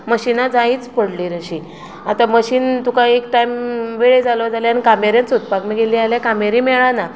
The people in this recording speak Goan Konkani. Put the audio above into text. मशिनां जायच पडली तशी आतां मशीन तुका एक टायम वेळ जालो जाल्यार कामेऱ्या सोदपाक गेलीं जाल्यार कामेरी मेळना